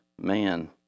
man